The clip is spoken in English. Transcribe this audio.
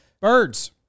Birds